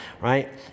right